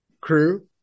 crew